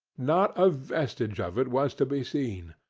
not a vestige of it was to be seen.